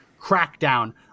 crackdown